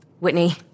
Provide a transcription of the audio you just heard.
Whitney